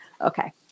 Okay